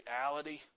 reality